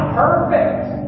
perfect